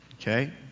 Okay